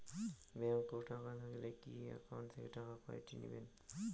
Bank এ টাকা থাকিলে কি একাউন্ট থাকি টাকা কাটি নিবেন?